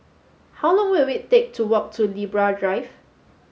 how long will it take to walk to Libra Drive